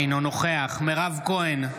אינו נוכח מירב כהן,